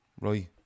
right